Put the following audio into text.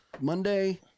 Monday